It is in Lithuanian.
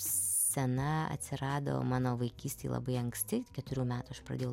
scena atsirado mano vaikystėj labai anksti keturių metų aš pradėjau